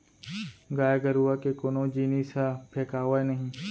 गाय गरूवा के कोनो जिनिस ह फेकावय नही